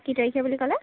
অঁ কি তাৰিখে বুলি ক'লে